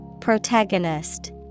Protagonist